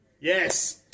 Yes